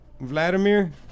Vladimir